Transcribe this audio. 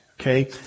okay